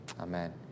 Amen